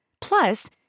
Plus